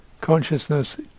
Consciousness